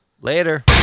Later